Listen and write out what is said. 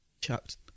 chucked